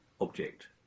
object